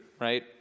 right